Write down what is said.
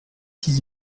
six